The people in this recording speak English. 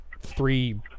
three